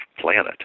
planet